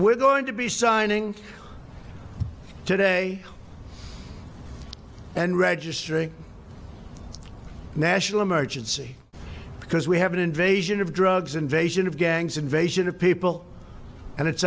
we're going to be signing today and registering a national emergency because we have an invasion of drugs invasion of gangs invasion of people and it's